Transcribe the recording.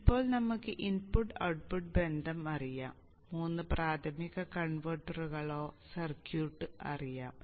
ഇപ്പോൾ നമുക്ക് input output ബന്ധം അറിയാം മൂന്ന് പ്രാഥമിക കൺവെർട്ടറുകളുടെ സർക്യൂട്ട് അറിയാം